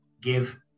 give